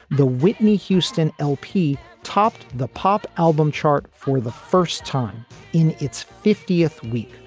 the whitney houston lp topped the pop album chart for the first time in its fiftieth week,